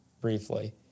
briefly